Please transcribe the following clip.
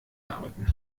arbeiten